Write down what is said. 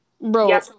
bro